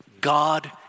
God